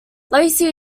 lacey